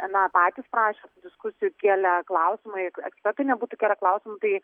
na patys prašę tų diskusijų kielę klausimą jeigu ekspertai nebūtų kėlę klausimų tai